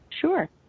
Sure